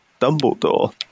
Dumbledore